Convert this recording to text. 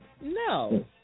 No